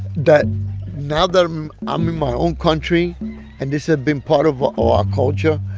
that now that i'm i'm in my own country and this had been part of our culture,